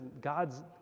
God's